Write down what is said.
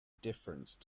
difference